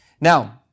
Now